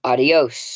Adiós